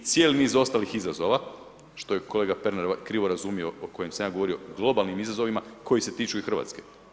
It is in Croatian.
I cijeli niz ostalih izazova, što je kolega Pernar krivo razumio, o kojem sam ja govorio globalnim izazovima, koje se tiči i Hrvatske.